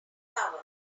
tower